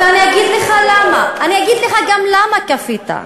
ואני אגיד לך גם למה כפית.